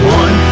one